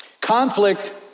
Conflict